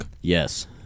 Yes